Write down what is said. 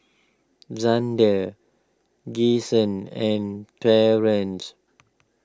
Zander Kyson and Torrance